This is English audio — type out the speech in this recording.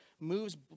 moves